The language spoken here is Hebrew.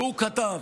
והוא כתב,